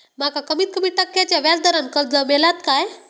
माका कमीत कमी टक्क्याच्या व्याज दरान कर्ज मेलात काय?